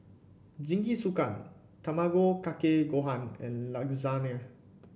Jingisukan Tamago Kake Gohan and Lasagne